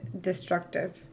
destructive